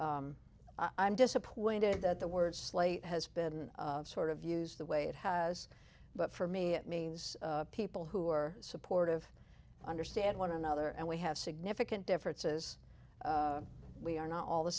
but i'm disappointed that the word slate has been sort of used the way it has but for me it means people who are supportive understand one another and we have significant differences we are not all the